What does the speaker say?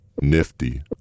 Nifty